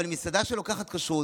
אבל מסעדה שלוקחת כשרות,